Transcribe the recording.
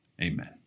amen